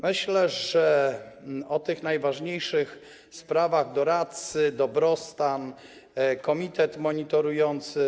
Myślę, że o tych najważniejszych sprawach: doradcy, dobrostan, komitet monitorujący.